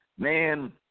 Man